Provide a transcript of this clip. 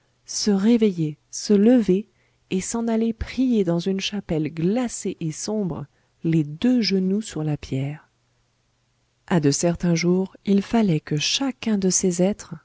se réveiller se lever et s'en aller prier dans une chapelle glacée et sombre les deux genoux sur la pierre à de certains jours il fallait que chacun de ces êtres